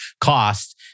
cost